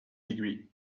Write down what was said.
degree